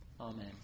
Amen